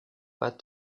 pas